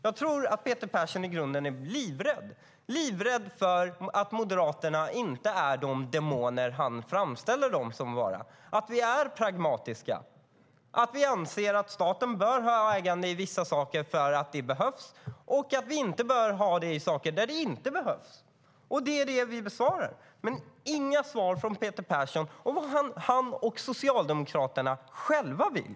Jag tror att Peter Persson i grunden är livrädd för att Moderaterna inte är de demoner han framställer oss som, att vi är pragmatiska, att vi anser att staten bör ha ägande i vissa saker för att det behövs och att vi inte bör ha det i saker där det inte behövs. Det är det vi besvarar. Men det kommer inga svar från Peter Persson om vad han och Socialdemokraterna själva vill.